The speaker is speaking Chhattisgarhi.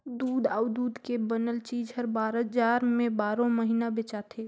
दूद अउ दूद के बनल चीज हर बजार में बारो महिना बेचाथे